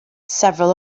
several